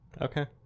Okay